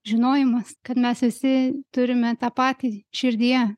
žinojimas kad mes visi turime tą patį širdyje